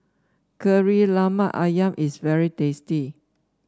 Kari Lemak ayam is very tasty